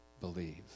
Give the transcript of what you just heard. believe